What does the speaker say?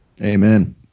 Amen